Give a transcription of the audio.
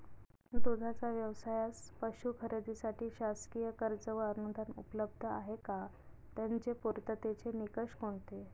दूधाचा व्यवसायास पशू खरेदीसाठी शासकीय कर्ज व अनुदान उपलब्ध आहे का? त्याचे पूर्ततेचे निकष कोणते?